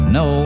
no